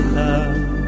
love